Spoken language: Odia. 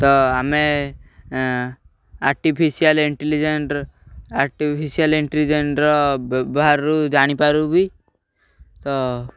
ତ ଆମେ ଆର୍ଟିଫିସିଆଲ ଇଣ୍ଟେଲିଜେନ୍ସ ଆର୍ଟିଫିସିଆଲ ଇଣ୍ଟେଲିଜେଣ୍ଟର ବ୍ୟବହାରରୁ ଜାଣିପାରୁ ବିି ତ